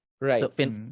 Right